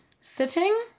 sitting